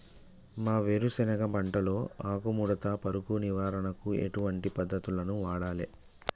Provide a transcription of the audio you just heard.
మా వేరుశెనగ పంటలో ఆకుముడత పురుగు నివారణకు ఎటువంటి పద్దతులను వాడాలే?